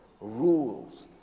rules